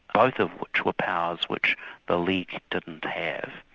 both of which were powers which the league didn't have.